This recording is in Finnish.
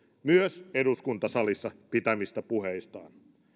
myös eduskuntasalissa pitämistään puheista